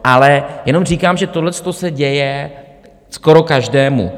Ale jenom říkám, že tohleto se děje skoro každému.